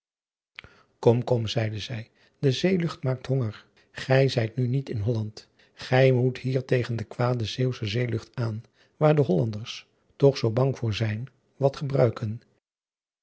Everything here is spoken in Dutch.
om kom zeide zij de zeelucht maakt honger ij zijt nu niet in olland ij moet hier tegen de kwade eenwsche zeelucht aan waar de ollanders toch zoo bang voor zijn wat gebruiken